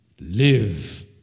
live